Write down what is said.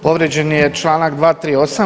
Povrijeđen je članak 238.